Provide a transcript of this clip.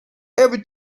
every